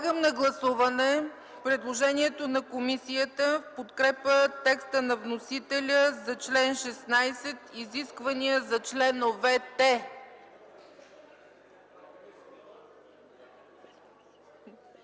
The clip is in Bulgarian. Подлагам на гласуване предложението на комисията в подкрепа текста на вносителя за чл. 16 – „Изисквания за членовете”.